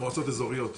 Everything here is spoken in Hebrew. זה מועצות אזוריות.